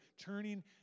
turning